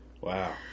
wow